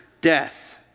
death